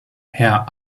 herr